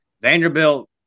Vanderbilt